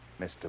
Mr